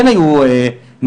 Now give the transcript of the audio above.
כן היו נכונים.